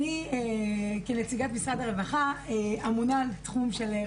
אני כנציגת משרד הרווחה אמונה על התחום הספציפי של